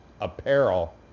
apparel